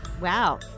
Wow